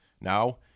Now